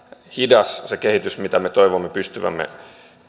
hidas se kehitys mitä me toivomme pystyvämme